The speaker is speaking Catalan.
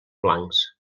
blancs